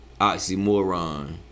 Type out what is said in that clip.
Oxymoron